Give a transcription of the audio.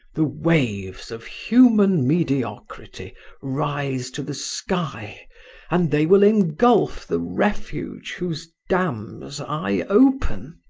the waves of human mediocrity rise to the sky and they will engulf the refuge whose dams i open.